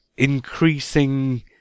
increasing